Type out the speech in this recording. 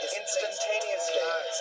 instantaneously